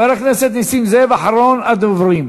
חבר הכנסת נסים זאב, אחרון הדוברים.